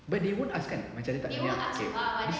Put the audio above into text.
but they won't ask kan macam dia tak okay